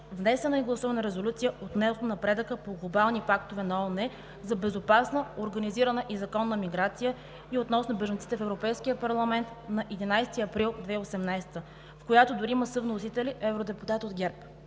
внесена и гласувана резолюция относно напредъка по глобални пактове на ООН за безопасна, организирана и законна миграция и относно бежанците в Европейския парламент на 11 април 2018 г., която дори има съвносители евродепутати от ГЕРБ.